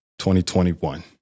2021